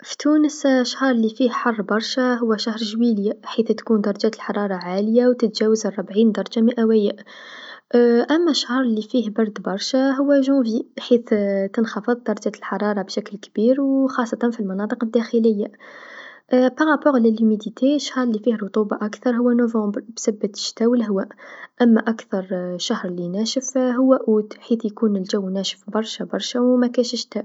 في تونس الشهر لفيه حر برشا هو شهر جويليا حيت يكون درجات الحراره عاليا و تتجاوز ربعين درجه مئويا أما شهر لفيه برد برشا هو جانفي حيت تنخفض درجة الحراره بشكل كبير و خاصة في المناطق الداخليا بالنسبه للرطوبه الشهر لفيه الرطوبه أكثر هو نوفمبر بسبة الشتا و الهوا، أما أكثر الشهر لناشف هو أوت حيت يكون الجو ناشف برشا برشا و مكانش الشتا.